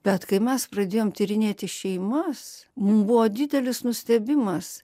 bet kai mes pradėjom tyrinėti šeimos buvo didelis nustebimas